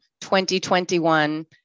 2021